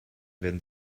werden